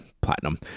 platinum